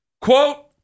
quote